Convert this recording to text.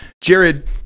jared